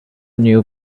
knew